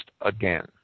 again